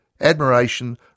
admiration